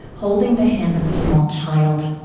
holding the hand of a small child.